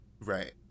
right